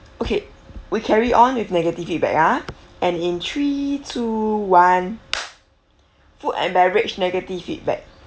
okay we carry on with negative feedback ya and in three two one food and beverage negative feedback